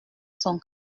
son